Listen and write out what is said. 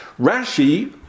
Rashi